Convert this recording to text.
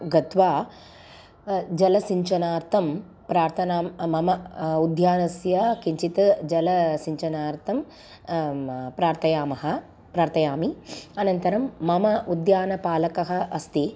गत्वा जलसिञ्चनार्थं प्रार्थनां मम उद्यानस्य किञ्चित् जलसिञ्चनार्थं प्रार्थयामः प्रार्तयामि अनन्तरं मम उद्यानपालकः अस्ति